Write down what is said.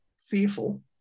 fearful